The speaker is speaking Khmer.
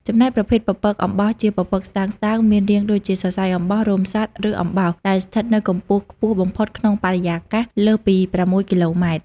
ចំណែកប្រភេទពពកអំបោះជាពពកស្តើងៗ មានរាងដូចជាសរសៃអំបោះ រោមសត្វ ឬអំបោស ដែលស្ថិតនៅកម្ពស់ខ្ពស់បំផុតក្នុងបរិយាកាស លើសពី ៦ គីឡូម៉ែត្រ។